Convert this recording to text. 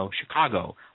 Chicago